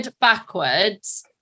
backwards